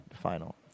final